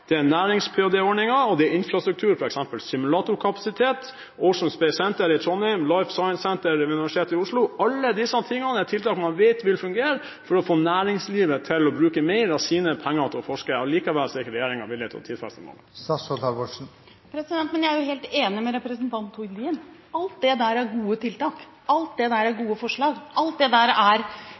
det er nærings-ph.d.-ordninger, og det er infrastruktur, f.eks. Det er simulatorkapasitet, Ocean Space Center i Trondheim og Life Science Center ved Universitetet i Oslo. Alle disse tingene er tiltak man vet vil fungere for å få næringslivet til å bruke mer av sine penger til å forske. Allikevel er ikke regjeringen villig til å tidfeste noe. Jeg er jo helt enig med representanten Tord Lien: Alt det der er gode tiltak, alt det der er gode forslag. Alt det der er